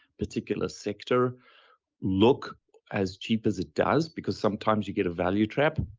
particular sector look as cheap as it does because sometimes you get a value trap.